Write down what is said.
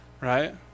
Right